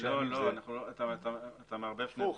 אתה מערבב שני דברים.